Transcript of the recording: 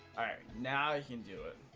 buyer now i can do it